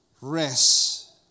rest